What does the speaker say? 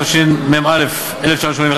התשמ"א 1981,